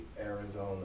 Arizona